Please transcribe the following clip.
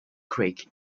creek